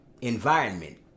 environment